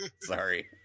Sorry